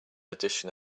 edition